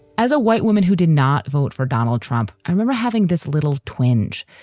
as a white woman who did not vote for donald trump, i remember having this little twinge.